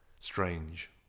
strange